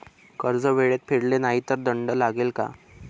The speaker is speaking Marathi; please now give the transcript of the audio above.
कर्ज वेळेत फेडले नाही तर दंड लागेल का?